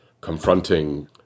confronting